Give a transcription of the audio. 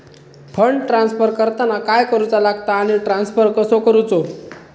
Fund transfer करताना काय करुचा लगता आनी ट्रान्स्फर कसो करूचो?